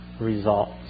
results